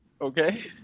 Okay